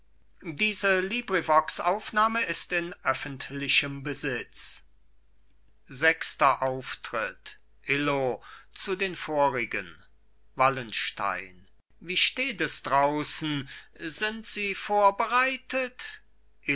sechster auftritt illo zu den vorigen wallenstein wie steht es draußen sind sie vorbereitet